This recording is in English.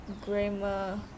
grammar